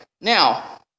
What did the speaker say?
now